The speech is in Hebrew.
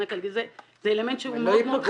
זה אלמנט שהוא מאוד חזק.